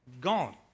gone